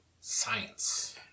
science